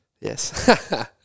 Yes